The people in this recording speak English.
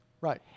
Right